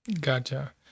gotcha